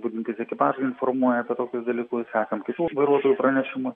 budintys ekipažai informuoja apie tokius dalykus sekam kitų vairuotojų pranešimu